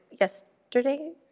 yesterday